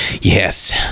Yes